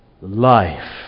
life